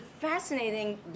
fascinating